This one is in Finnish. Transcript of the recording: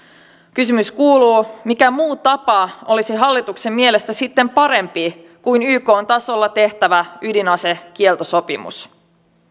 kysymys kuuluu mikä muu tapa olisi hallituksen mielestä sitten parempi kuin ykn tasolla tehtävä ydinasekieltosopimus